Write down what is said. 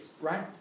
right